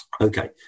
Okay